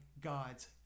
God's